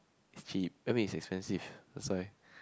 is cheap I mean is expensive that's why